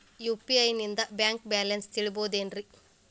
UPI ನಿಂದ bank balance ತಿಳಿಬಹುದೇನ್ರಿ?